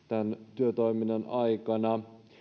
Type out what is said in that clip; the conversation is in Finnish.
työtoiminnan aikana